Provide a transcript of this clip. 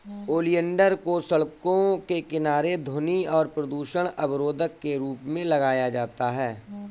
oleander को सड़कों के किनारे ध्वनि और प्रदूषण अवरोधक के रूप में लगाया जाता है